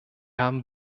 haben